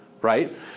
right